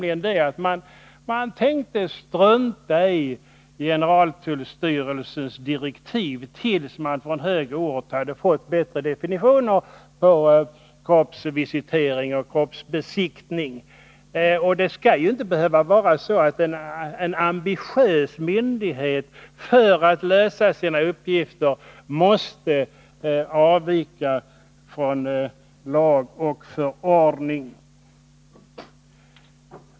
Beslutet innebär att man tänker strunta i generaltullstyrelsens direktiv, till dess man från högre ort fått bättre definitioner på kroppsvisitering resp. kroppsbesiktning. Det skall inte behöva vara så, att en ambitiös myndighet för att fullgöra sina uppgifter måste avvika från lag och förordning.